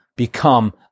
become